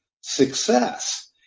success